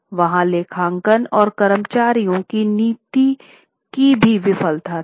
वहाँ लेखांकन और कर्मचारियों की नीति की भी विफलता थी